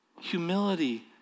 Humility